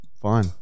Fine